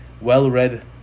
well-read